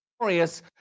glorious